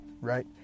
right